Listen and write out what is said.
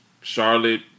Charlotte